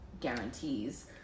guarantees